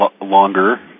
longer